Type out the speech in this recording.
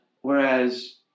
Whereas